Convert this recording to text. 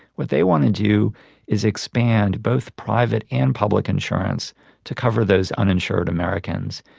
what they want to do is expand both private and public insurance to cover those uninsured americans,